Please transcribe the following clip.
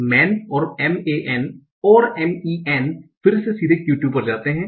Man और m a n और m e n फिर से सीधे Q2 पर जाते हैं